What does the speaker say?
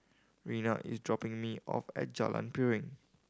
Rhianna is dropping me off at Jalan Piring